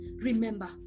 Remember